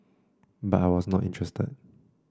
but I was not interested